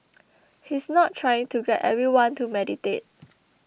he is not trying to get everyone to meditate